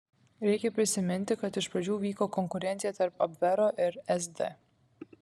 reikia prisiminti kad iš pradžių vyko konkurencija tarp abvero ir sd